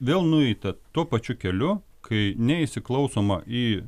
vėl nueita tuo pačiu keliu kai neįsiklausoma į